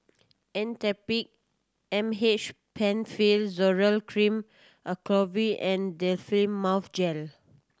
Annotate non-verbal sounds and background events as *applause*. Actrapid *unintelligible* Penfill Zoral Cream Acyclovir and Difflam Mouth Gel